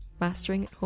Mastering